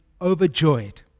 Overjoyed